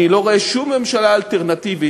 אני לא רואה שום ממשלה אלטרנטיבית